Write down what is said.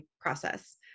process